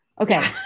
Okay